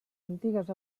antigues